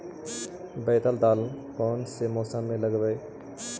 बैतल दाल कौन से मौसम में लगतैई?